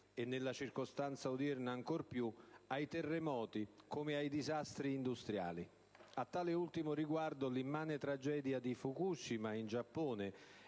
nella circostanza odierna, ai terremoti e ai disastri industriali. A tale ultimo riguardo, l'immane tragedia di Fukushima in Giappone